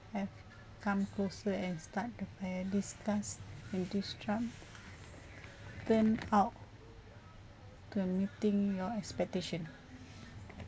I have come closer and start eh discuss with this child then out the meeting your expectation